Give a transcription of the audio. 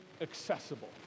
accessible